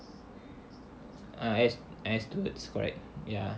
ah air stewards correct ya